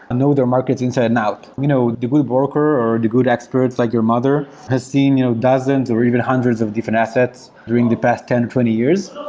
know their market inside and out. you know the good broker or the good experts, like your mother, has seen you know dozens or even hundreds of different assets during the past ten or twenty years,